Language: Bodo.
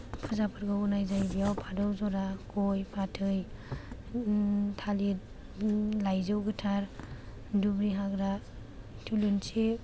फुजाफोरखौ होनाय जायो बेयाव फारौ जरा गय फाथै थालिर लाइजौ गोथार दुब्रि हाग्रा थुलुंसि